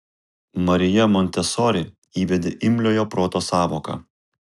marija montesori įvedė imliojo proto sąvoką